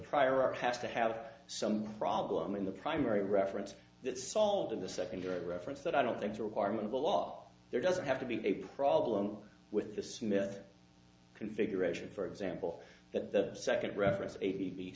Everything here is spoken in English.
prior art has to have some problem in the primary reference that solve the secondary reference that i don't think the requirement of the law there doesn't have to be a problem with the smith configuration for example that the second reference a